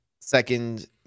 second